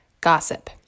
gossip